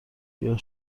گیاه